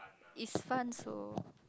it's fun so